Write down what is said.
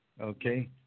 Okay